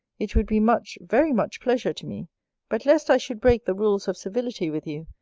it would be much, very much pleasure to me but lest i should break the rules of civility with you,